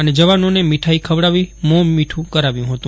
અને જવાનોને મીઠાઇ ખવડાવી મોં મીઠું કરાવ્યું હતું